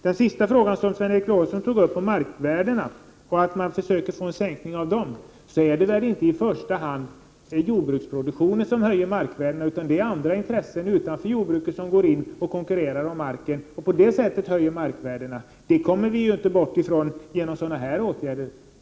Den sista fråga Sven Eric Lorentzon tog upp handlade om en sänkning av markvärdena. I första hand är det inte jordbruksproduktionen som höjer markvärdena, utan det är intressen utanför jordbruket som konkurrerar om marken. Det är på det sättet som markvärdena höjs. Detta förhållande kommer vi inte ifrån med de åtgärder som här nämns.